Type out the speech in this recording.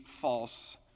false